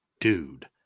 dude